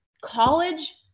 college-